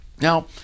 Now